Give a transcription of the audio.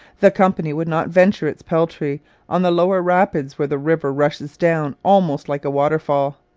the company would not venture its peltry on the lower rapid where the river rushes down almost like a waterfall.